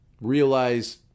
realize